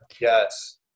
Yes